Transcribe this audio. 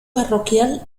parroquial